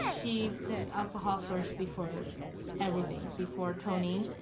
she puts alcohol first, before everything. before tony,